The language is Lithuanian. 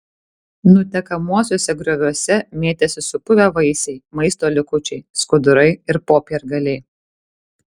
nutekamuosiuose grioviuose mėtėsi supuvę vaisiai maisto likučiai skudurai ir popiergaliai